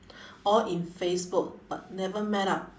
all in facebook but never met up